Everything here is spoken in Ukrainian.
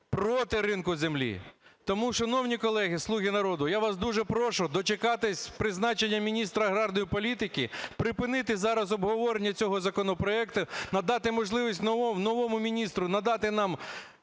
проти ринку землі. Тому, шановні колеги, "слуги народу", Я вас дуже прошу дочекатись призначення міністра аграрної політики, припинити зараз обговорення цього законопроекту. Надати можливість новому міністру, надати нам